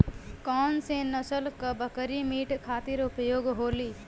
कौन से नसल क बकरी मीट खातिर उपयोग होली?